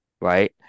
right